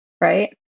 right